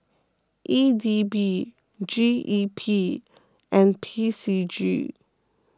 E D B G E P and P C G